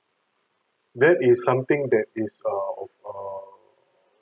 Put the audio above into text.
that is something that is err of err